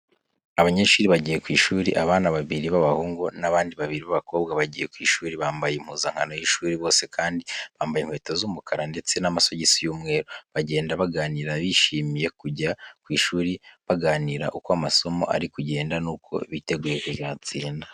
Abanyeshuri bagiye ku ishuri, abana babiri b'abahungu n'abandi babiri b'abakobwa bagiye ku ishuri, bambaye impuzankano y'ishuri, bose kandi bambaye inkweto z'umukara ndetse n'amasogisi y'umweru. Bagenda baganira bishimiye kujya ku ishuri, baganira uko amasomo ari kugenda nuko biteguye kuzatsinda.